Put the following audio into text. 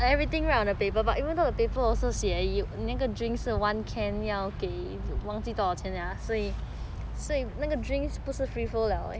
!huh!